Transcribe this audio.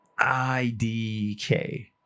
IDK